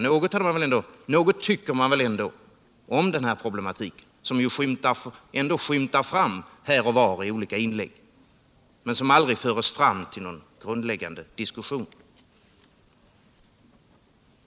Något tycker man väl ändå i den här problematiken, som ju skymtar fram här och var i olika inlägg men som aldrig förs fram till någon grundläggande diskussion?